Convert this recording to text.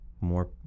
more